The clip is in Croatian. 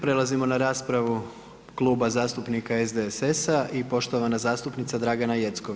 Prelazimo na raspravu Kluba zastupnika SDSS-a i poštovana zastupnica Dragana Jeckov.